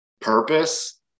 purpose